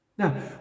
Now